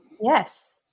Yes